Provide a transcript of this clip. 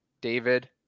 David